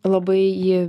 labai jį